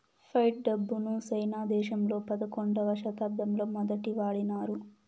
fight డబ్బును సైనా దేశంలో పదకొండవ శతాబ్దంలో మొదటి వాడినారు